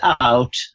out